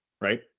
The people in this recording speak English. right